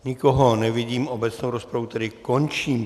Nikoho nevidím, obecnou rozpravu tedy končím.